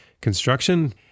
construction